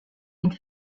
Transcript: une